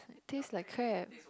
it taste like crap